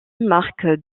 marque